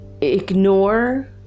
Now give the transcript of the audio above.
ignore